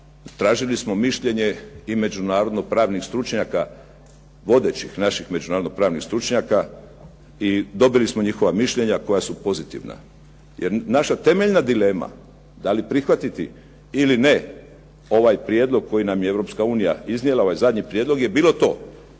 tražili smo mišljenje i međunarodno-pravnih stručnjaka, vodećih naših međunarodno-pravnih stručnjaka i dobili smo njihova mišljenja koja su pozitivna. Jer naša temeljna dilema, da li prihvatiti ili ne ovaj prijedlog koji nam je Europska unija iznijela, ovaj zadnji prijedlog je bilo to,